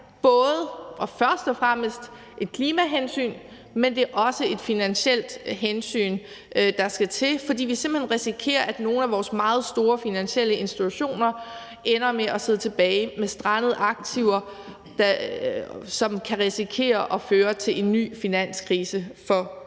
det først og fremmest et klimahensyn, men det er også et finansielt hensyn, der skal til, fordi vi simpelt hen risikerer, at nogle af vores meget store finansielle institutioner ender med at sidde tilbage med strandede aktiver, hvilket kan risikere at føre til en ny finanskrise for Danmark.